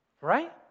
Right